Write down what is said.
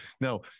Now